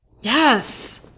Yes